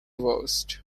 worst